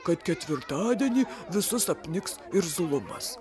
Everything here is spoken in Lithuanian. kad ketvirtadienį visus apniks irzlumas